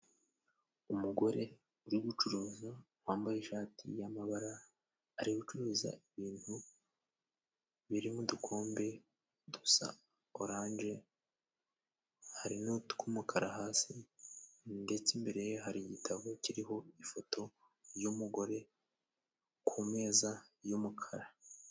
Umugore uri gucuruza wambaye ishati y'amabara ari gucuruza ibintu birimo udukombe dusa orange, hari nutw'umukara hasi, ndetse imbere ye hari igitabo kiriho ifoto y'umugore kumeza y'umukara.